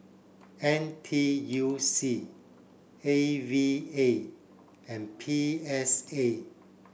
N T U C A V A and P S A